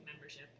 membership